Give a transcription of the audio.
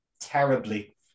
terribly